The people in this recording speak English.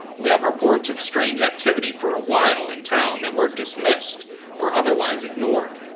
we have reports of strange activity for a while in town that were dismissed or otherwise ignored.